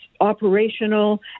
operational